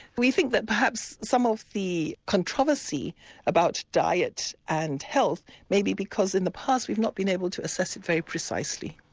we think that perhaps some of the controversy about diet and health may be because in the past we've not been able to assess it very precisely.